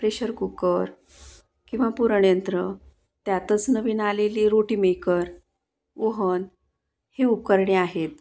pressure cooker किंवा पुरणयंत्र त्यातच नवीन आलेले रोटीमेकर ओव्हन ही उपकरणे आहेत